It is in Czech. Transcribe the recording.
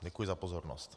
Děkuji za pozornost.